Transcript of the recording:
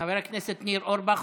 חבר הכנסת ניר אורבך,